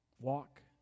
Walk